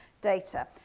data